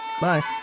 bye